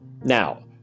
Now